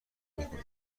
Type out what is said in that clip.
میکنه